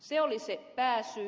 se oli se pääsyy